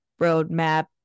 roadmap